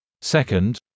Second